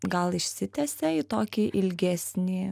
gal išsitęsia į tokį ilgesnį